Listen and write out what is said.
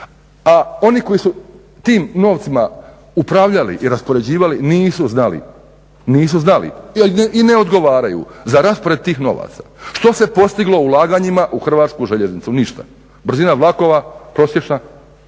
a oni koji su tim novcima upravljali i raspoređivali nisu znali i ne odgovaraju za raspored tih novaca. Što se postiglo ulaganjima u Hrvatsku željeznicu? Ništa. brzina vlakova prosječna,